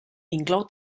inclou